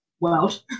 world